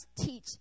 teach